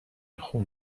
خون